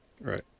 right